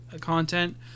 content